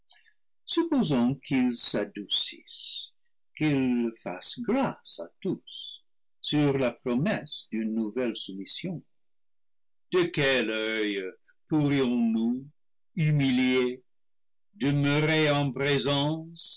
supposons qu'il s'adoucisse qu'il fasse grâce à tous sur la promesse d'une nouvelle soumission de quel oeil pourrions-nous humiliés